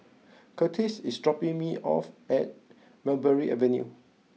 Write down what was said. Kurtis is dropping me off at Mulberry Avenue